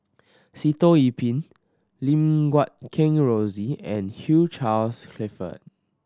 Sitoh Yih Pin Lim Guat Kheng Rosie and Hugh Charles Clifford